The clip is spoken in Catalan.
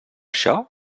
això